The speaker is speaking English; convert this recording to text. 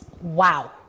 Wow